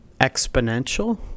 Exponential